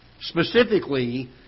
Specifically